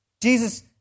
Jesus